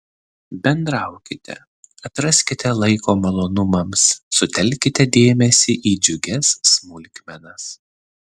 bendraukite atraskite laiko malonumams sutelkite dėmesį į džiugias smulkmenas